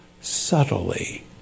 subtly